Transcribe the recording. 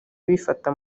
bifata